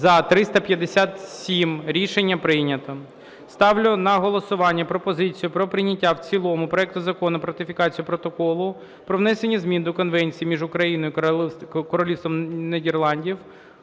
За-357 Рішення прийнято. Ставлю на голосування пропозицію про прийняття в цілому проекту Закону про ратифікацію Протоколу про внесення змін до Конвенції між Україною і Королівством Нідерландів